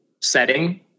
setting